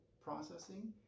processing